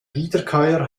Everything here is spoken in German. wiederkäuer